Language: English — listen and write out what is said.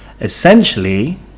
Essentially